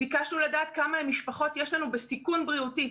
ביקשנו לדעת כמה משפחות יש לנו בסיכון בריאותי,